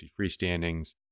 freestandings